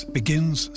begins